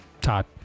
todd